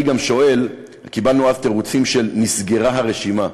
קיבלנו אז תירוצים של "נסגרה הרשימה".